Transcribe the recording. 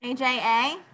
AJA